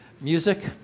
music